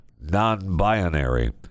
non-binary